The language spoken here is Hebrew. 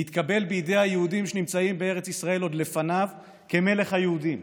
הוא מתקבל בידי היהודים שנמצאים בארץ ישראל עוד לפניו כמלך היהודים,